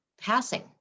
passing